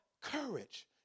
courage